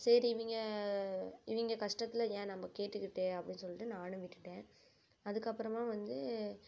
சரி இவங்க இவங்க கஷ்டத்துல ஏன் நம்ம கேட்டுக்கிட்டு அப்படின்னு சொல்லிட்டு நானும் விட்டுட்டேன் அதுக்கு அப்புறமா வந்து